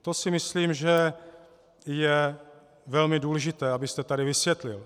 To si myslím, že je velmi důležité, abyste tady vysvětlil.